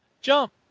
jump